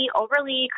overly